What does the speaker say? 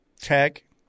Tech